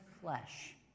flesh